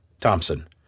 Thompson